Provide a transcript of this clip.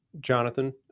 Jonathan